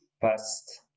past